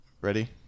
Ready